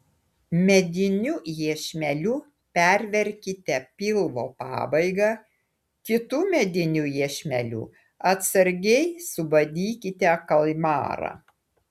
mediniu iešmeliu perverkite pilvo pabaigą kitu mediniu iešmeliu atsargiai subadykite kalmarą